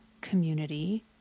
community